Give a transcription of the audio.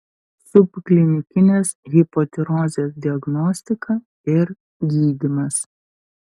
subklinikinės hipotirozės diagnostika ir gydymas